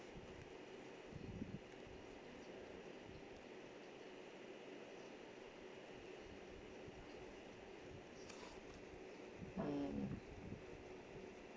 mm